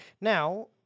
Now